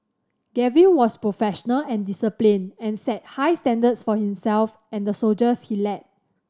Gavin was professional and disciplined and set high standards for himself and the soldiers he led